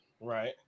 Right